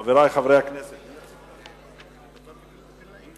חבר הכנסת וילנאי נמצא כאן?